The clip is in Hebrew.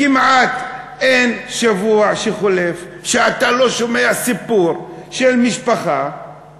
כמעט אין שבוע שחולף שאתה לא שומע סיפור של משפחה